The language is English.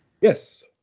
yes